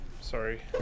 Sorry